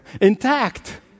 intact